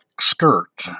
skirt